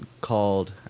called